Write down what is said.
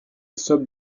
somme